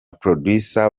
producers